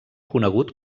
conegut